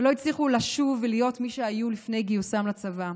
ולא הצליחו לשוב להיות מי שהיו לפני גיוסם לצבא.